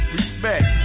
Respect